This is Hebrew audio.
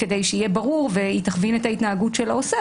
כדי שיהיה ברור וזה יכוון את ההתנהגות של העושה,